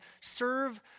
serve